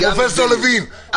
פרופ' לוין,